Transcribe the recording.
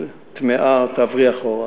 טמאה, תעברי אחורה.